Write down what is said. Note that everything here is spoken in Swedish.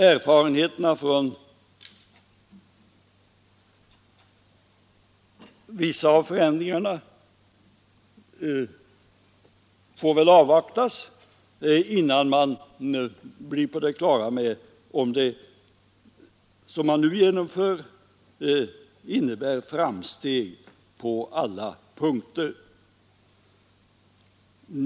Erfarenheterna från vissa av förändringarna får väl avvaktas, innan man blir på det klara med om det som man nu genomför innebär framsteg på alla punkter.